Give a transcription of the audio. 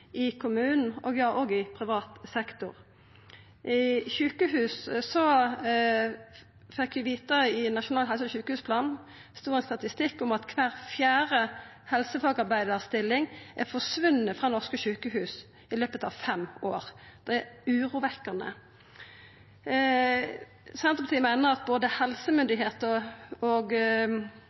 i kommunen og i privat sektor. Når det gjeld sjukehus: Kvar fjerde helsefagarbeidarstilling har forsvunne frå norske sjukehus i løpet av fem år, ifølgje ein statistikk i Nasjonal helse- og sjukehusplan. Det er urovekkjande. Senterpartiet meiner at helsemyndigheiter og både politisk og administrativ leiing må visa yrkesgruppa respekt og